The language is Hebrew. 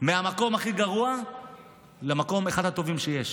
מהמקום הכי גרוע לאחד המקומות הטובים שיש.